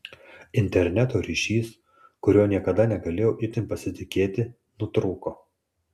interneto ryšys kuriuo niekada negalėjau itin pasitikėti nutrūko